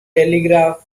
telegraph